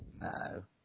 No